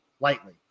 lightly